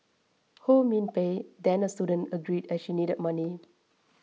Ho Min Pei then a student agreed as she needed money